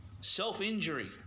Self-injury